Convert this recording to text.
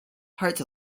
parts